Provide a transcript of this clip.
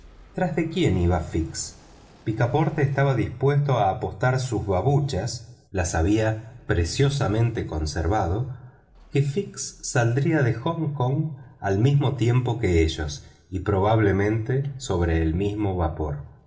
tras de quién iba fix picaporte estaba dispuesto a apostar sus babuchas las había preciosamente conservado que fix saldría de hong kong al mismo tiempo que ellos y probablemente sobre el mismo vapor